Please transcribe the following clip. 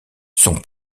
son